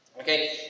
Okay